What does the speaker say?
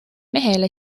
mehele